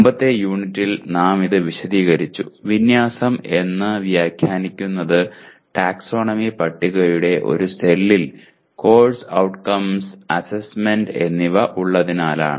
മുമ്പത്തെ യൂണിറ്റിൽ നാം ഇത് വിശദീകരിച്ചു വിന്യാസം എന്ന് വ്യാഖ്യാനിക്കുന്നത് ടാക്സോണമി പട്ടികയുടെ ഒരേ സെല്ലിൽ കോഴ്സ് ഔട്ട്കംസ് അസ്സെസ്സ്മെന്റ് എന്നിവ ഉള്ളതിനാലാണ്